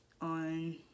on